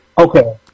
Okay